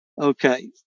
Okay